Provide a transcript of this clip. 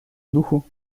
духу